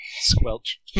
Squelch